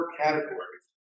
categories